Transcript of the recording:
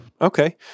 Okay